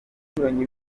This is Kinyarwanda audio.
ndi